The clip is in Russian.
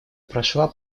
прошла